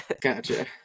Gotcha